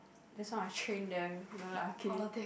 that's how I train them no lah kidding